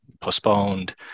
postponed